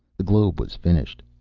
the globe was finished.